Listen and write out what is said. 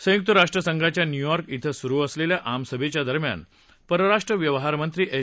संयुक्त राष्ट्रसंघाच्या न्युयॉर्क िं सुरु असलेल्या आमसभेच्या दरम्यान परराष्ट्र व्यवहार मंत्री एस